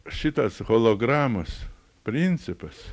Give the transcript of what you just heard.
šitas hologramos principas